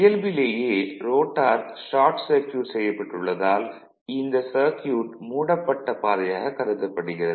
இயல்பிலேயே rotor short circuit செய்யப்பட்டுள்ளதால் இந்த circuit மூடப்பட்ட பாதையாக கருதப்படுகிறது